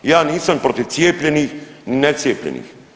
Ja nisam protiv cijepljenih i necijepljenih.